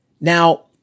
Now